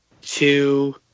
two